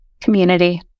community